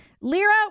Lira